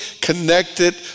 connected